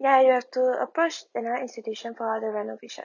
ya you have to approach another institution for other renovation